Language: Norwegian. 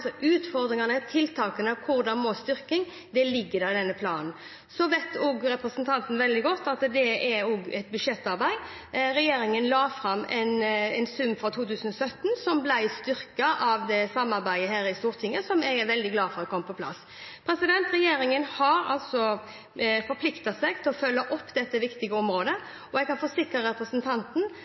Så vet representanten veldig godt at det er et budsjettarbeid. Regjeringen la fram en sum for 2017 som ble styrket på grunn av samarbeidet i Stortinget, og det er jeg veldig glad for at kom på plass. Regjeringen har forpliktet seg til å følge opp dette viktige området, og jeg kan forsikre representanten